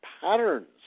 patterns